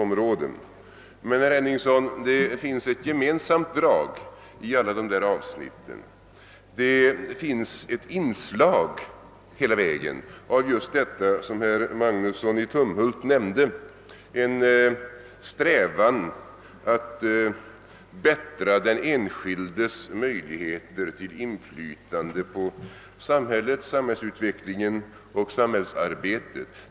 Men, herr Henningsson, det finns ett gemensamt drag i dessa olika avsnitt, ett genomsgående inslag av just det som herr Magnusson i Tumhult nämnde, dvs. en strävan att förbättra den enskildes möjligheter till inflytande på samhällsutvecklingen.